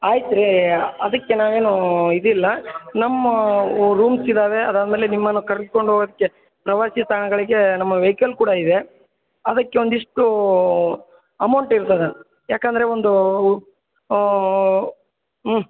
ಆಯ್ತು ರೀ ಅದಕ್ಕೆ ನಾವೇನು ಇದಿಲ್ಲ ನಮ್ಮ ರೂಮ್ಸ್ ಇದ್ದಾವೆ ಅದಾದ ಮೇಲೆ ನಿಮ್ಮನ್ನು ಕರ್ದ್ಕೊಂಡು ಹೋಗೋದಕ್ಕೆ ಪ್ರವಾಸಿ ತಾಣಗಳಿಗೆ ನಮ್ಮ ವೇಯ್ಕಲ್ ಕೂಡ ಇದೆ ಅದಕ್ಕೆ ಒಂದಿಷ್ಟು ಅಮೌಂಟ್ ಇರ್ತದೆ ಏಕಂದ್ರೆ ಒಂದು ಹ್ಞೂ